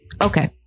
Okay